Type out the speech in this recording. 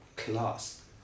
class